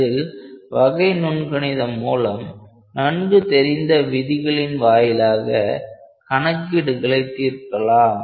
அதில் வகை நுண்கணிதம் மூலம் நன்கு தெரிந்த விதிகளின் வாயிலாக கணக்கீடுகளை தீர்க்கலாம்